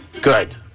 good